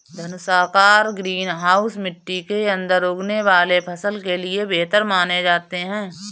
धनुषाकार green house मिट्टी के अंदर उगने वाले फसल के लिए बेहतर माने जाते हैं